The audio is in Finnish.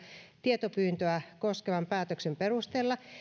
tietopyyntöä koskevan päätöksen perusteella